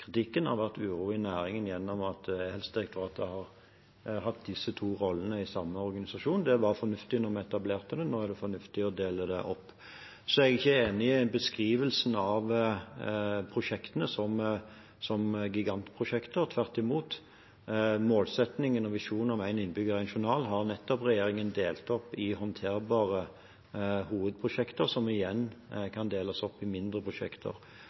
kritikken har vært uro i næringen ved at e-helsedirektoratet har hatt disse to rollene i samme organisasjon. Det var fornuftig da vi etablerte det. Nå er det fornuftig å dele det opp. Jeg er ikke enig i beskrivelsen av prosjektene som gigantprosjekter – tvert imot. Målsettingen og visjonen om «én innbygger – én journal» har regjeringen nettopp delt opp i håndterbare hovedprosjekter, som igjen kan deles opp i mindre prosjekter.